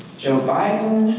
joe biden,